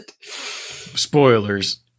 Spoilers